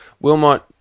Wilmot